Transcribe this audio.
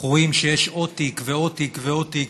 אנחנו רואים שיש עוד תיק ועוד תיק ועוד תיק,